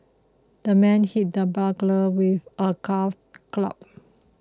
the man hit the burglar with a golf club